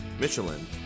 Michelin